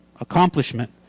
accomplishment